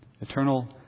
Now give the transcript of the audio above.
eternal